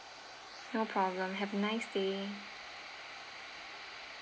no problem have a nice day